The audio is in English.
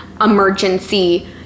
emergency